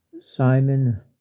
Simon